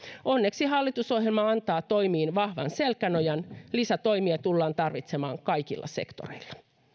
onneksi hallitusohjelma antaa toimiin vahvan selkänojan lisätoimia tullaan tarvitsemaan kaikilla sektoreilla